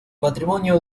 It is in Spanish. matrimonio